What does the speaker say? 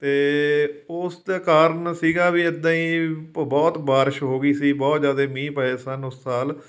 ਅਤੇ ਉਸ ਦੇ ਕਾਰਨ ਸੀਗਾ ਵੀ ਇਦਾਂ ਹੀ ਬਹੁਤ ਬਾਰਿਸ਼ ਹੋ ਗਈ ਸੀ ਬਹੁਤ ਜ਼ਿਆਦਾ ਮੀਂਹ ਪਏ ਸਨ ਉਸ ਸਾਲ